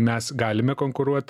mes galime konkuruot